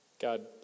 God